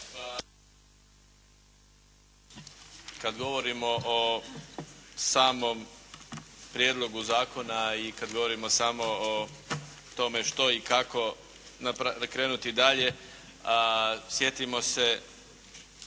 Kad govorimo o samom prijedlogu zakona i kad govorimo samo o tome što i kako krenuti dalje sjetimo se